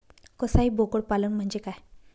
कसाई बोकड पालन म्हणजे काय?